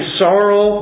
sorrow